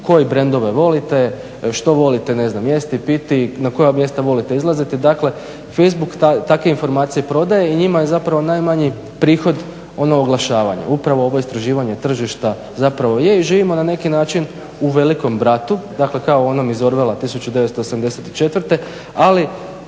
koje brendove volite, što volite, ne znam jesti, piti, na koja mjesta volite izlaziti. Dakle, facebook takve informacije prodaje i njima je zapravo najmanji prihod ono oglašavanje. Upravo ovo istraživanje tržišta zapravo je i živimo na neki način u velikom bratu dakle kao u onom iz Orvela 1984.ali